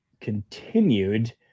continued